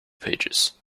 pages